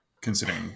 considering